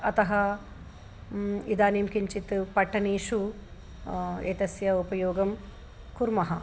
अतः इदानीं किञ्चित् पट्टनेषु एतस्य उपयोगं कुर्मः